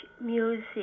music